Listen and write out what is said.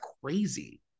crazy